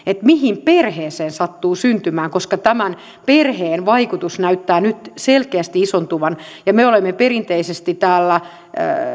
mihin perheeseen sattuu syntymään tämä perheen vaikutus näyttää nyt selkeästi isontuvan vaikka me olemme perinteisesti täällä